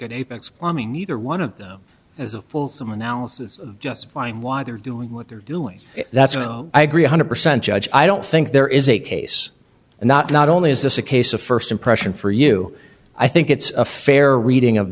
plumbing neither one of them as a full some analysis justifying why they're doing what they're doing that's well i agree one hundred percent judge i don't think there is a case and not not only is this a case of first impression for you i think it's a fair reading of